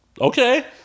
Okay